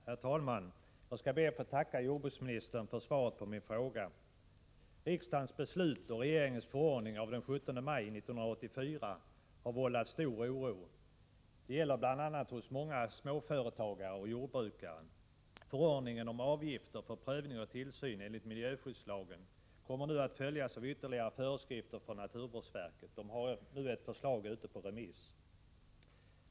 Herr talman! Jag skall be att få tacka jordbruksministern för svaret på min fråga. Riksdagens beslut och regeringens förordning av den 17 maj 1984 har vållat stor oro bl.a. hos många småföretagare och jordbrukare. Förordningen om avgifter för prövning och tillsyn enligt miljöskyddslagen kommer nu att följas av ytterligare föreskrifter från naturvårdsverket. Verket har, såvitt jag vet, ett förslag ute på remiss.